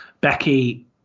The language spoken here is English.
Becky